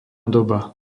doba